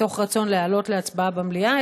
מתוך רצון להעלות להצבעה במליאה,